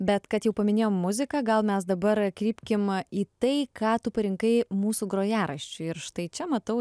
bet kad jau paminėjom muziką gal mes dabar krypkim į tai ką tu parinkai mūsų grojaraščiui ir štai čia matau